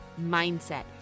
mindset